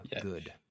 good